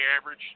average